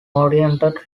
oriented